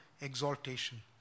exaltation